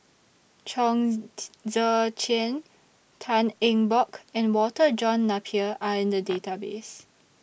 Chong Tze Chien Tan Eng Bock and Walter John Napier Are in The Database